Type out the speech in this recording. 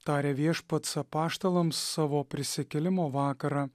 taria viešpats apaštalams savo prisikėlimo vakarą